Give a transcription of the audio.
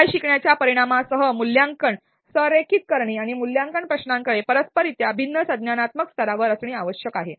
उपाय शिकण्याच्या परिणामासह मूल्यांकन संरेखित करणे आणि मूल्यांकन प्रश्नांकडे परस्पररित्या भिन्न संज्ञानात्मक स्तरावर असणे आवश्यक आहे